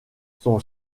son